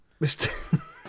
Mr